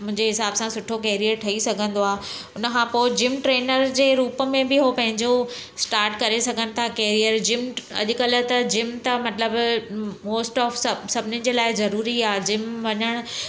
मुंहिंजे हिसाब सां सुठो कैरियर ठही सघंदो आहे उनखां पोइ जिम ट्रैनर जे रुप में बि उहो पंहिंजो स्टार्ट करे सघनि था कैरियर जिम अॼुकल्ह त जिम त मतिलबु मोस्ट ऑफ सभु सभिनिन जे लाइ ज़रूरी आहे जिम वञणु